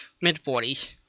mid-40s